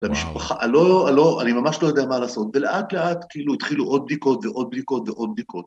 והמשפחה, אני ממש לא יודע מה לעשות, ולאט לאט כאילו התחילו עוד בדיקות ועוד בדיקות ועוד בדיקות.